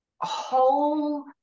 whole